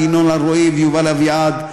לינון אלרואי ויובל אביעד,